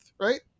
right